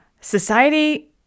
society